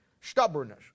Stubbornness